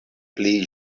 pli